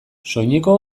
soineko